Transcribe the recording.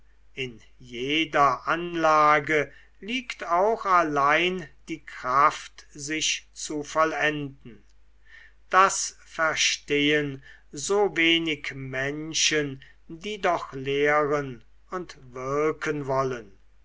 in jeder anlage liegt auch allein die kraft sich zu vollenden das verstehen so wenig menschen die doch lehren und wirken wollen